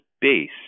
base